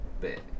bit